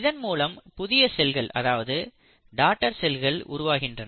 இதன் மூலம் புதிய செல்கள் அதாவது டாட்டர் செல்கள் உருவாகின்றன